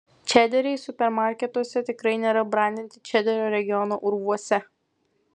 čederiai supermarketuose tikrai nėra brandinti čederio regiono urvuose